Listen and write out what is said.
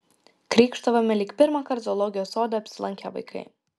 krykštavome lyg pirmąkart zoologijos sode apsilankę vaikai